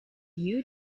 you